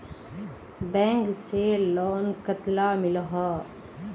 Bank से loan कतला मिलोहो?